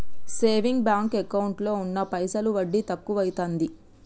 saving bank ఎకౌంటులో ఉన్న పైసలు వడ్డి తక్కువైతాంది